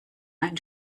ein